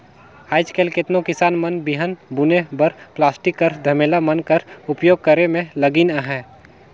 आएज काएल केतनो किसान मन बीहन बुने बर पलास्टिक कर धमेला मन कर उपियोग करे मे लगिन अहे